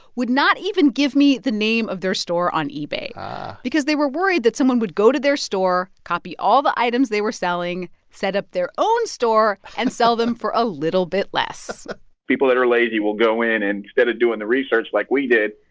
would not even give me the name of their store on ebay because they were worried that someone would go to their store, copy all the items they were selling, set up their own store and sell them for a little bit less people that are lazy will go in and instead of doing the research like we did,